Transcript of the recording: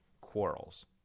quarrels